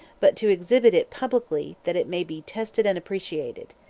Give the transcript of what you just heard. but to exhibit it publicly that it may be tested and appreciated.